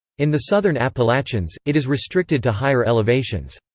in the southern appalachians, it is restricted to higher elevations.